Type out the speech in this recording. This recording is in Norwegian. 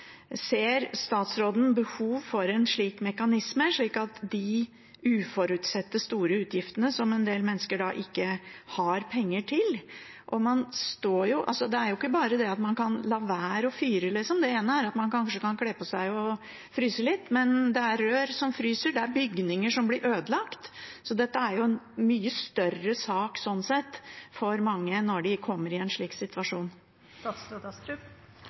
Ser statsråden behov for en slik mekanisme, for de uforutsette, store utgiftene som en del mennesker ikke har penger til? Det er jo ikke bare å la være å fyre. Man kan kanskje kle på seg og fryse litt, men det er rør som fryser, og det er bygninger som blir ødelagt, så dette er en mye større sak, sånn sett, for mange når de kommer i en slik situasjon.